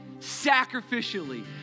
Sacrificially